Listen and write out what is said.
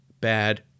bad